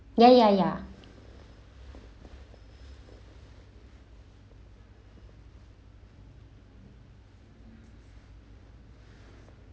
ya ya ya